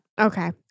Okay